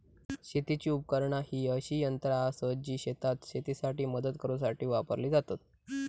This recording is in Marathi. शेतीची उपकरणा ही अशी यंत्रा आसत जी शेतात शेतीसाठी मदत करूसाठी वापरली जातत